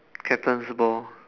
captain's ball